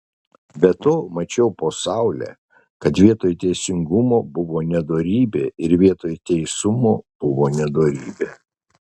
be to mačiau po saule kad vietoj teisingumo buvo nedorybė ir vietoj teisumo buvo nedorybė